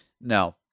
No